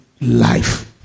life